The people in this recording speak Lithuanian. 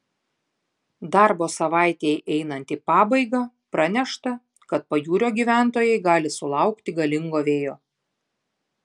darbo savaitei einant į pabaigą pranešta kad pajūrio gyventojai gali sulaukti galingo vėjo